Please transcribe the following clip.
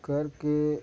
कर के